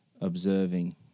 observing